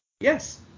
Yes